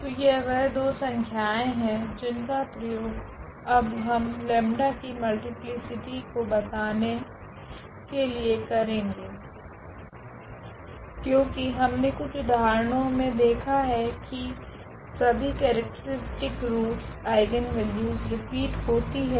तो यह वह दो संख्याएँ है जिनका प्रयोग अब हम लेम्डा 𝜆 की मल्टीप्लीसिटी को बताने के लिए करेगे क्योकि हमने कुछ उदाहरणो मे देखा है की सभी केरेक्ट्रीस्टिक रूट्स आइगनवेल्यूस रिपिट होती है